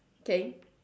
K